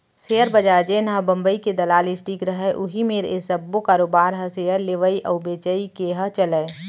share बजार जेनहा बंबई के दलाल स्टीक रहय उही मेर ये सब्बो कारोबार ह सेयर लेवई अउ बेचई के ह चलय